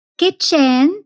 kitchen